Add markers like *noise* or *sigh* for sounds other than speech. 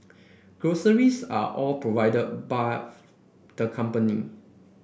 groceries are all provided *unintelligible* the company